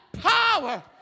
power